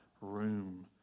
room